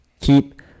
keep